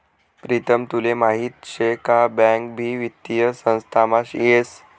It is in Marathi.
प्रीतम तुले माहीत शे का बँक भी वित्तीय संस्थामा येस